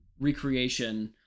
recreation